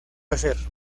hacer